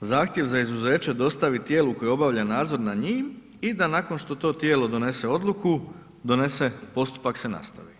zahtjev za izuzeće dostavi tijelu koje obavlja nadzor nad njih i da nakon što to tijelo donese odluku, postupak se nastavi.